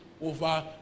over